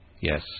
Yes